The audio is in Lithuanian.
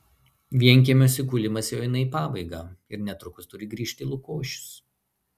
vienkiemiuose kūlimas jau eina į pabaigą ir netrukus turi grįžti lukošius